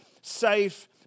safe